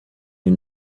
you